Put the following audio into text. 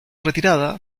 retirada